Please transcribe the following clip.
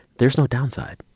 there's no downside